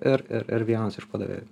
ir ir ir vienas iš padavėjų